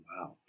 wow